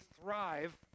thrive